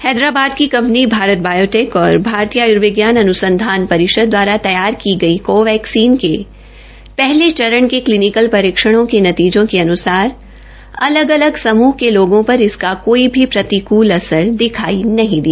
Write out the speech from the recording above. हैदराबाद की company Bharat Biotech और भारतीय आयर्विज्ञान अन्संधान परिषद दवारा तैयार की गई कौवैक्सीन के पहले चरण के क्लीनिकल परीक्षणों के नतीजों के अन्सार लोगों पर इसका कोई प्रतिक्ल असर दिखाई नहीं दिया